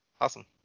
Awesome